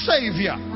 Savior